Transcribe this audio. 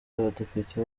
abadepite